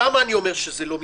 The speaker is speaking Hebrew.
למה אני אומר שזה לא מידתי?